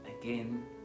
again